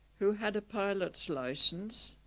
who had a pilot's licence,